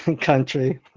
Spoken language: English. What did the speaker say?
country